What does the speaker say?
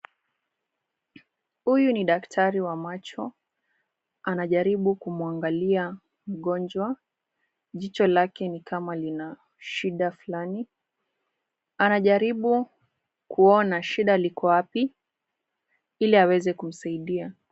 Huyu ni daktari wa macho. Anajaribu kumwangalia mgonjwa. Jicho lake ni kama lina shida fulani. Anajaribu kuona shida liko wapi ili aweze kumsaidia.